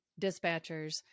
dispatchers